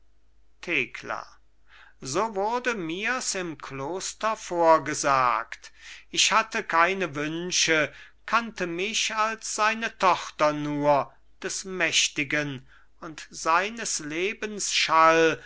thekla so wurde mirs im kloster vorgesagt ich hatte keine wünsche kannte mich als seine tochter nur des mächtigen und seines lebens schall